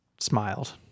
smiled